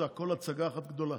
זה הכול הצגה אחת גדולה.